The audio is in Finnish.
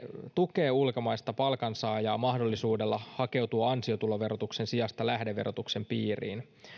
tukee ulkomaista palkansaajaa mahdollisuudella hakeutua ansiotuloverotuksen sijasta lähdeverotuksen piiriin